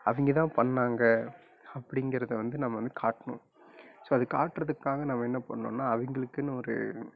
அவங்க தான் பண்ணாங்க அப்படிங்கிறத வந்து நம்ம வந்து காட்டணும் ஸோ அது காட்டுறதுக்காக நம்ம என்ன பண்ணுன்னால் அவங்களுக்குனு ஒரு